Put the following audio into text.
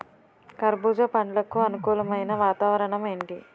కర్బుజ పండ్లకు అనుకూలమైన వాతావరణం ఏంటి?